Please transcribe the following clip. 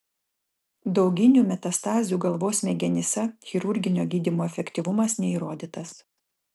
dauginių metastazių galvos smegenyse chirurginio gydymo efektyvumas neįrodytas